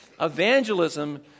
Evangelism